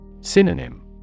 Synonym